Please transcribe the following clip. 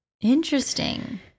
Interesting